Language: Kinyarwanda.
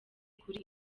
kuri